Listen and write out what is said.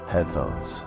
Headphones